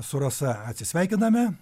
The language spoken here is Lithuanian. su rasa atsisveikiname